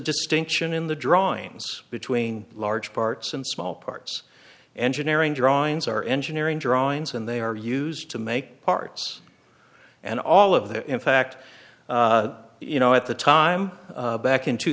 distinction in the drawings between large parts and small parts engineering drawings or engineering drawings and they are used to make parts and all of that in fact you know at the time back in two